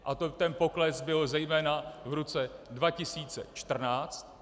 A ten pokles byl zejména v roce 2014.